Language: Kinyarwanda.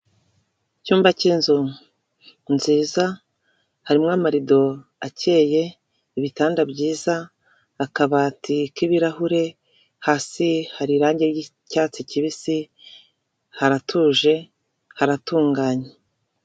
Icyumba k'inzu nziza harimo amarido akeye, ibitanda byiza akabati k'ibirahure, hasi hari irangi ryicyatsi kibisi haratuje haratunganye.